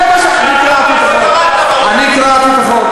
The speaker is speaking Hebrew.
זה מה, קראתי את החוק.